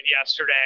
yesterday